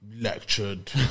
Lectured